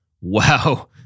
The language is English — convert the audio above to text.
Wow